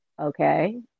okay